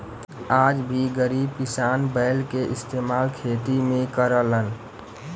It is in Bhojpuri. आज भी गरीब किसान बैल के इस्तेमाल खेती में करलन